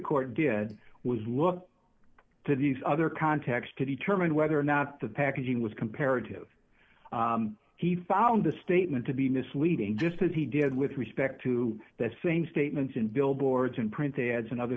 court did was look to these other contexts to determine whether or not the packaging was comparative he found the statement to be misleading just as he did with respect to that same statements in billboards in print ads and other